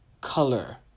color